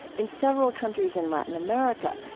in several countries in latin america,